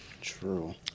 true